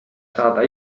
saada